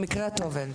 במקרה הטוב.